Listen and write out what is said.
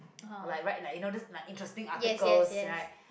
or like write you know those like interesting articles right